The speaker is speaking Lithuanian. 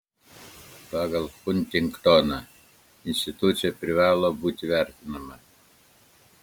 pagal huntingtoną institucija privalo būti vertinama